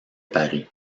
paris